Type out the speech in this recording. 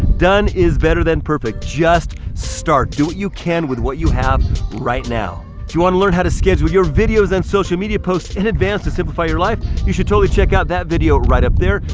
done is better than perfect. just start, do what you can with what you have right now. do you wanna learn how to schedule your videos and social media posts in advance to simplify your life? you should totally check out that video right up there.